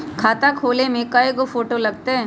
खाता खोले में कइगो फ़ोटो लगतै?